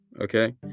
okay